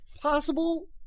possible